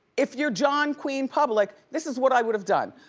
if you're john queen public, this is what i would have done.